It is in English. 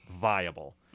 viable